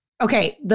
Okay